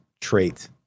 trait